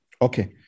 Okay